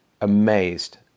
amazed